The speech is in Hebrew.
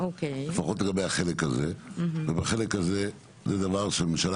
לפחות לגבי החלק הזה ובחלק הזה זה דבר שהממשלה